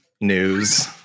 News